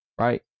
Right